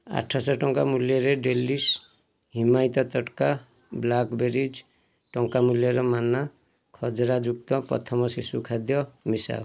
ଆଠଶହ ଟଙ୍କା ମୂଲ୍ୟର ଡେଲିଶ୍ ହିମାୟିତ ତଟକା ବ୍ଲାକ୍ବେରିଜ୍ ଟଙ୍କା ମୂଲ୍ୟର ମାନ୍ନା ଖଜରାଯୁକ୍ତ ପ୍ରଥମ ଶିଶୁ ଖାଦ୍ୟ ମିଶାଅ